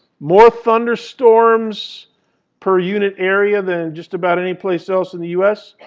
more thunderstorms per unit area than just about any place else in the u. s.